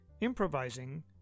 improvising